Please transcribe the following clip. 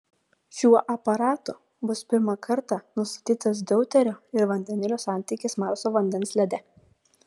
šiuo aparatu bus pirmą kartą nustatytas deuterio ir vandenilio santykis marso vandens lede